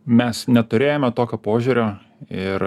mes neturėjome tokio požiūrio ir